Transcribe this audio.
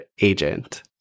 agent